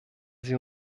sie